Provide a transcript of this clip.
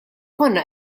konna